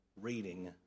reading